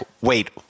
wait